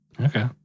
Okay